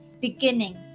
beginning